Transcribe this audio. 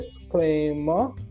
Disclaimer